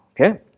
Okay